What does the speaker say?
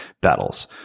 battles